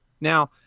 Now